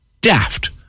daft